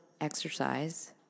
exercise